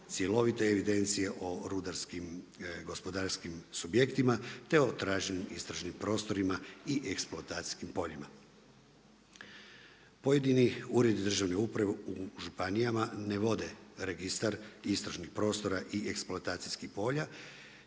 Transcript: cjelovite evidencije o rudarskim gospodarskim subjektima te o traženim istražnim prostorima i eksploatacijskim poljima. Pojedini uredi državni uprave u županijama ne vode registar istražnih prostora i eksploatacijskih polja